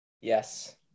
Yes